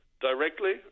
directly